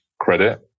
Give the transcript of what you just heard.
credit